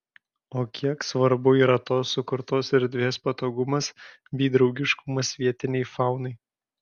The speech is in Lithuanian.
o kiek svarbu yra tos sukurtos erdvės patogumas bei draugiškumas vietinei faunai